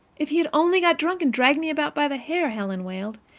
if he had only got drunk and dragged me about by the hair, helen wailed,